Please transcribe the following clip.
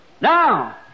Now